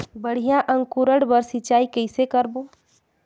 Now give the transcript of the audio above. बढ़िया अंकुरण बर सिंचाई कइसे करबो?